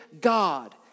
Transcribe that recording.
God